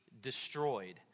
destroyed